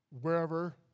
wherever